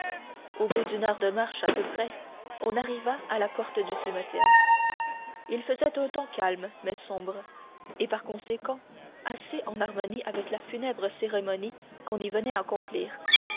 au bout d'une heure de marche à peu près on arriva à la porte du cimetière il faisait un temps calme mais sombre et par conséquent assez en harmonie avec la funèbre cérémonie qu'on y venait accomplir